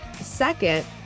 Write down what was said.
Second